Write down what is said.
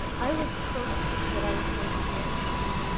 i was certain that i was going to be an attorney.